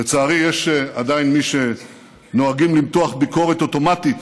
לצערי, יש עדיין מי שנוהגים למתוח ביקורת אוטומטית